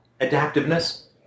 adaptiveness